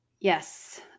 Yes